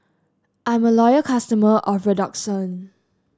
I'm a loyal customer of Redoxon